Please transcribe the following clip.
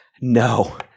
no